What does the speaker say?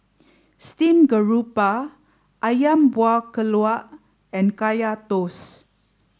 Steamed Garoupa Ayam Buah Keluak and Kaya Toast